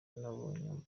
nabonye